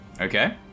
Okay